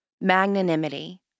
magnanimity